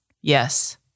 Yes